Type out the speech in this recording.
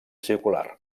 circular